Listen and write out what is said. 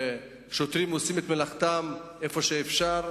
ושוטרים עושים מלאכתם איפה שאפשר,